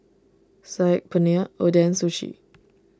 Saag Paneer Oden Sushi